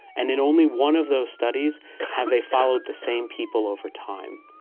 and in only one of those studies have they followed the same people over time.